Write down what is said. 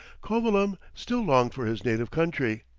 covilham still longed for his native country,